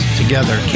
together